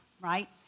right